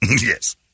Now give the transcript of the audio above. Yes